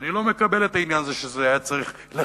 כי אני לא מקבל את העניין הזה שזה היה צריך לחלחל.